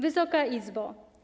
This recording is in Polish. Wysoka Izbo!